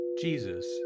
Jesus